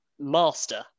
master